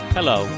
Hello